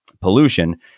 pollution